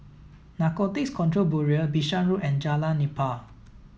Narcotics Control Bureau Bishan Road and Jalan Nipah